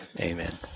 Amen